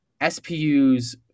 SPU's